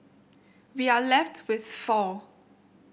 we are left with four